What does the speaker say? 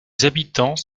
habitants